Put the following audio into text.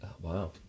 wow